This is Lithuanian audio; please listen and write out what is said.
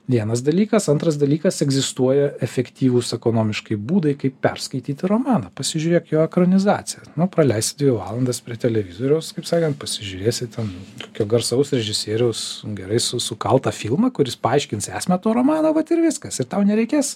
vienas dalykas antras dalykas egzistuoja efektyvūs ekonomiškai būdai kaip perskaityti romaną pasižiūrėk jo ekranizaciją nu praleisi dvi valandas prie televizoriaus kaip sakan pasižiūrėsi ten kokio garsaus režisieriaus gerai su sukaltą filmą kuris paaiškins esmę to romano vat ir viskas ir tau nereikės